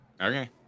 Okay